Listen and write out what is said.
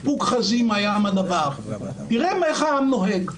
"אוקחא זימא ימא דבר" תראה איך העם נוהג: